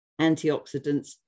antioxidants